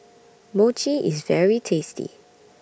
Mochi IS very tasty